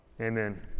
Amen